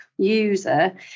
user